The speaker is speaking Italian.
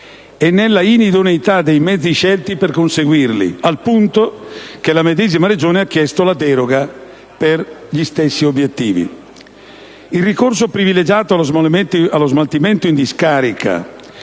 e nella inidoneità dei mezzi scelti per conseguirli, al punto che la medesima Regione ha chiesto la deroga per gli stessi obiettivi. Il ricorso privilegiato allo smaltimento in discarica